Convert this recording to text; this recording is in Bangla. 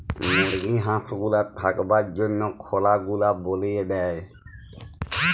মুরগি হাঁস গুলার থাকবার জনহ খলা গুলা বলিয়ে দেয়